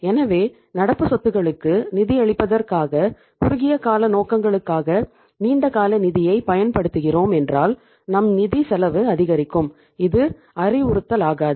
எனவே நடப்பு சொத்துகளுக்கு நிதியளிப்பதற்காக குறுகிய கால நோக்கங்களுக்காக நீண்ட கால நிதியைப் பயன்படுத்துகிறோம் என்றால் நம் நிதி செலவு அதிகரிக்கும் இது அறிவுறுத்தலாகாது